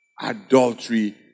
Adultery